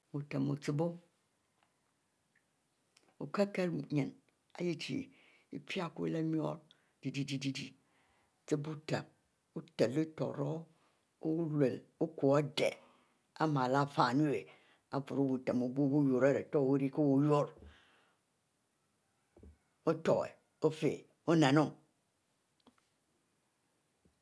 Buten ochibiu okilel kiele nyin ihey chie ipie kure leh muro-zeri-zeri, chie buten ori tehlo toro luel okuie ari ade ari miele ifienu ari biurro buten obie turro wu rue ari kie wurro, otor ofie oneno